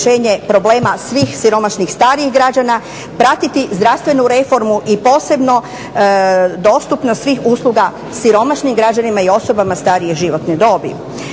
problema svih siromašnih starijih građana, pratiti zdravstvenu reformu i posebnu dostupnost svih usluga siromašnim građanima i osobama starije životne dobi.